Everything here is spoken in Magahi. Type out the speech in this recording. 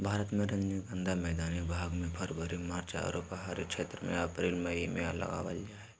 भारत मे रजनीगंधा मैदानी भाग मे फरवरी मार्च आरो पहाड़ी क्षेत्र मे अप्रैल मई मे लगावल जा हय